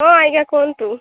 ହଁ ଆଜ୍ଞା କୁହନ୍ତୁ